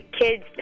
kids